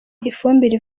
ifumbire